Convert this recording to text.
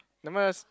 never mind just